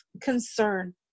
concern